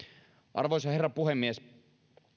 arvoisa herra puhemies